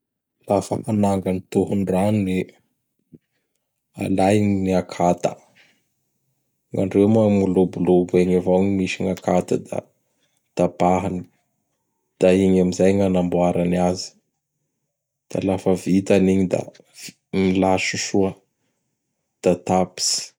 Lafa hananga gny tohondranony i. Alainy gny akata; gn' andreo moa amin'ny lobolobo egny avao ny mis gn' akata da tapahany da igny amin'izay gny anamboarany azy. Da lafa vitany igny da milahatsy soa da tapitsy.